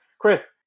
Chris